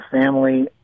family